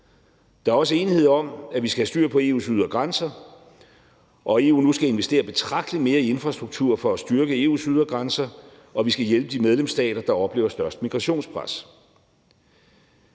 Der er også enighed om, at vi skal have styr på EU's ydre grænser, og at EU nu skal investere betragtelig mere i infrastruktur for at styrke EU's ydre grænser, og at vi skal hjælpe de medlemsstater, der oplever størst migrationspres.